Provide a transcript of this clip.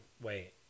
wait